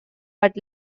but